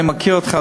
אני מכיר אותך,